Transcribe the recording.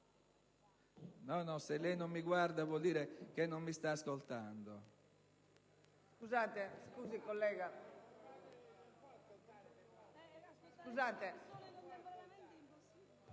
*(PD)*. Se non mi guarda, vuol dire che non mi sta ascoltando.